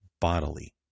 bodily